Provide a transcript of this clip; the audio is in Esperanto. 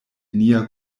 nia